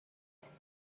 است